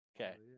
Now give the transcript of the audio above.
Okay